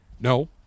No